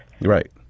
Right